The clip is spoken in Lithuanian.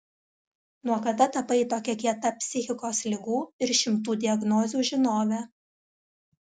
nuo kada tapai tokia kieta psichikos ligų ir šimtų diagnozių žinove